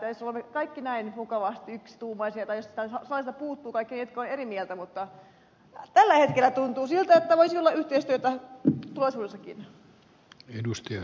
jos olemme kaikki näin mukavasti yksituumaisia tai ehkä salista puuttuvat kaikki ne jotka ovat eri mieltä niin tällä hetkellä tuntuu siltä että voisi olla yhteistyötä tulevaisuudessakin